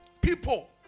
people